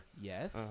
Yes